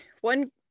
one